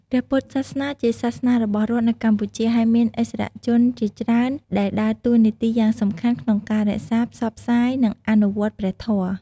ព្រះពុទ្ធសាសនាជាសាសនារបស់រដ្ឋនៅកម្ពុជា ហើយមានឥស្សរជនជាច្រើនដែលដើរតួនាទីយ៉ាងសំខាន់ក្នុងការរក្សា ផ្សព្វផ្សាយ និងអនុវត្តព្រះធម៌។